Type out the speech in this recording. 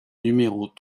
numéros